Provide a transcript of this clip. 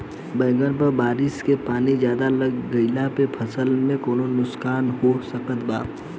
बैंगन पर बारिश के पानी ज्यादा लग गईला से फसल में का नुकसान हो सकत बा?